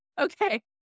Okay